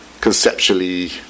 conceptually